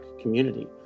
community